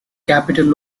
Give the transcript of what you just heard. capital